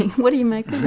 and what do you make